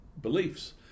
beliefs